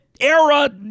era